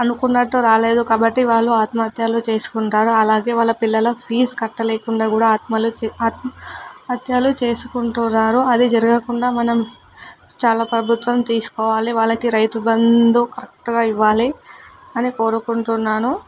అనుకున్నట్టు రాలేదు కాబట్టి వాళ్ళు ఆత్మహత్యలు చేసుకుంటారు అలాగే వాళ్ళ పిల్లల ఫీజు కట్టలేకుండా కూడా ఆత్మలు ఆత్మహత్యలు చేసుకుంటున్నారు అది జరగకుండా మనం చాలా ప్రభుత్వం తీసుకోవాలి వాళ్ళకి రైతుబంధు కరెక్ట్గా ఇవ్వాలి అని కోరుకుంటున్నాను